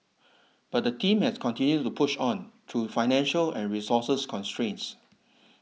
but the team has continued to push on through financial and resources constraints